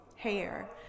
hair